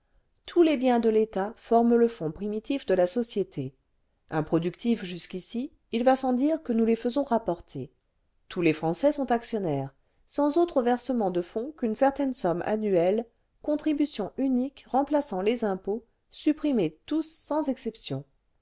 tous les biens de l'etat forment le fonds primitif de la société improductifs jusqu'ici il va sans dire que nous les faisons rapporter tous les français sont actionnaires sans autre versement'de fonds qu'une certaine somme annuelle contribution unique remplaçant les impôts supprimés tons sans exception